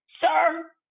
sir